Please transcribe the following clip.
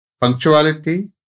punctuality